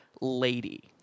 lady